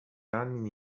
anni